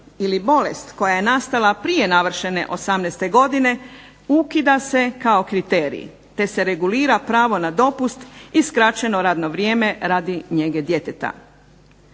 ili bolest koja je nastala prije navršene 18. godine, ukida se kao kriterij, te se regulira pravo na dopust i skraćeno radno vrijeme radi njege djeteta.